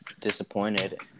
disappointed